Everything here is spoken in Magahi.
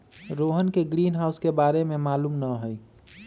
रोहन के ग्रीनहाउस के बारे में मालूम न हई